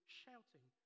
shouting